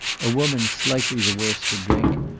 a woman, slightly the worse for drink,